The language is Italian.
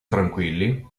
tranquilli